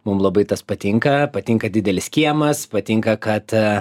mum labai tas patinka patinka didelis kiemas patinka kad